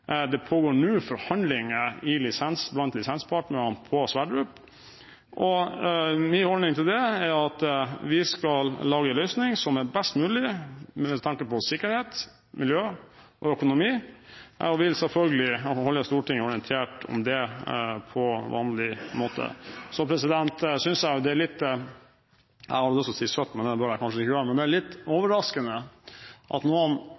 Det pågår nå forhandlinger blant lisenspartnerne på Sverdrup-feltet. Min holdning til det er at vi skal lage en løsning som er best mulig med tanke på sikkerhet, miljø og økonomi, og vil selvfølgelig holde Stortinget orientert om det på vanlig måte. Så synes jeg det er litt søkt – det bør jeg kanskje ikke si – men litt overraskende, at noen synes det er rart at